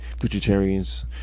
Vegetarians